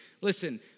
listen